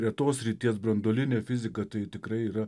retos srities branduolinė fizika tai tikrai yra